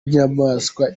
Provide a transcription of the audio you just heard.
nyamaswa